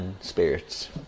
spirits